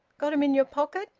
got em in your pocket?